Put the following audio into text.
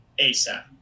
ASAP